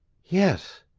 yes